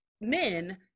men